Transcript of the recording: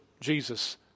Jesus